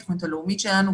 התוכנית הלאומית שלנו,